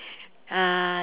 uh